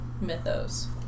mythos